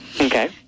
Okay